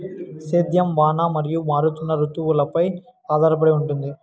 సేద్యం వాన మరియు మారుతున్న రుతువులపై ఆధారపడి ఉంటుంది